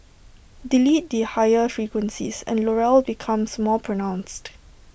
delete the higher frequencies and Laurel becomes more pronounced